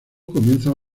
comienzan